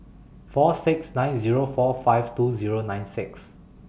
four six nine Zero four five two Zero nine six